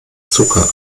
zucker